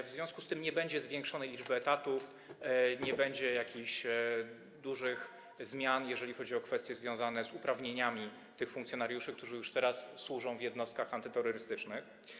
W związku z tym nie będzie zwiększonej liczby etatów, nie będzie jakichś dużych zmian, jeżeli chodzi o kwestie związane z uprawnieniami tych funkcjonariuszy, którzy już teraz służą w jednostkach antyterrorystycznych.